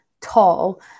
tall